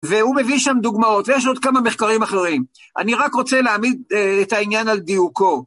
והוא מביא שם דוגמאות, ויש לו עוד כמה מחקרים אחרים. אני רק רוצה להעמיד את העניין על דיוקו.